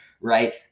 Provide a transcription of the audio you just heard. right